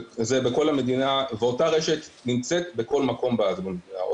זה בכל המדינה, ואותה רשת נמצאת בכל מקום במדינה.